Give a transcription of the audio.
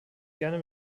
gern